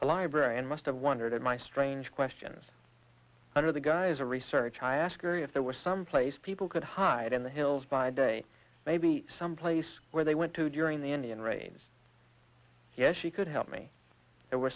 the librarian must have wondered at my strange questions under the guise of research i asked her if there were some place people could hide in the hills by day maybe some place where they went to during the indian raids yes she could help me there were